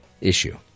issue